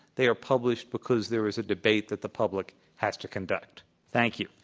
they are published because there is a debate that the public has to conduct. thank you.